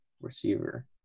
receiver